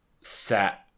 set